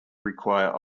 require